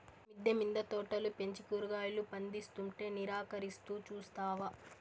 మిద్దె మింద తోటలు పెంచి కూరగాయలు పందిస్తుంటే నిరాకరిస్తూ చూస్తావా